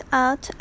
out